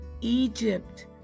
Egypt